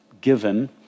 given